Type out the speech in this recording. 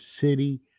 City